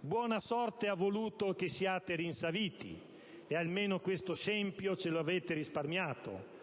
Buona sorte ha voluto che siate rinsaviti. E almeno questo scempio ce lo avete risparmiato.